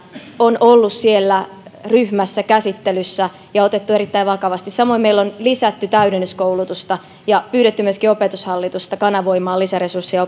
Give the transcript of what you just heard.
on ollut siellä ryhmässä käsittelyssä ja otettu erittäin vakavasti samoin meillä on lisätty täydennyskoulutusta ja pyydetty myöskin opetushallitusta kanavoimaan lisäresursseja